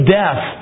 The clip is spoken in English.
death